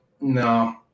no